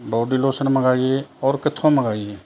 body lotion ਮੰਗਾਈਏ ਔਰ ਕਿੱਥੋਂ ਮੰਗਾਈਏ